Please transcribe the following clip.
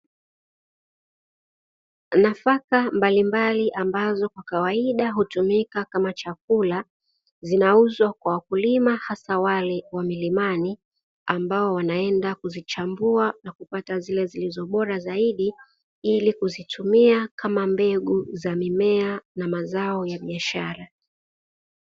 Nafaka mbalimbali ambazo kwa kawaida hutumika kama chakula, zinauzwa kwa wakulima hasa wale wa milimani ambao wanaenda kuzichambua na kupata zile zilizo bora zaidi ili kuzitumia kama mbegu za mimea na mazao ya biashara.